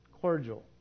cordial